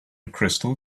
crystal